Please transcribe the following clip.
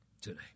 today